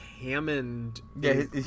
Hammond